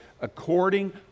according